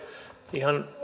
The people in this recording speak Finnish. ihan